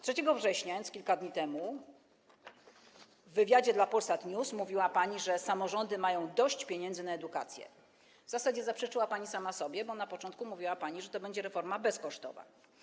3 września, a więc kilka dni temu, w wywiadzie dla Polsat News mówiła pani, że samorządy mają dość pieniędzy na edukację - w zasadzie zaprzeczyła pani sama sobie, bo na początku mówiła pani, że to będzie reforma bezkosztowa.